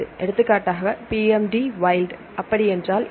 எடுத்துக்காட்டாக PMD wild அப்படி என்றால் என்ன